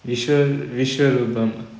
visual visual ரூபம்:roopam